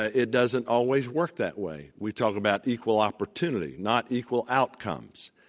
ah it doesn't always work that way. we talk about equal opportunity, not equal outcomes.